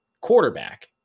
quarterback